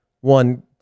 one